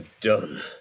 done